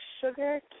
Sugar